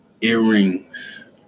earrings